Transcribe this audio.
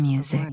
Music